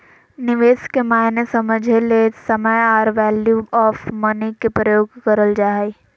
निवेश के मायने समझे ले समय आर वैल्यू ऑफ़ मनी के प्रयोग करल जा हय